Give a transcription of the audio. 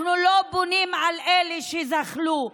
אנחנו לא בונים על אלה שזחלו.